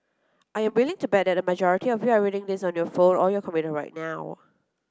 I am willing to bet that a majority of you are reading this on your phone or your computer right now